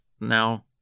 now